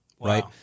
right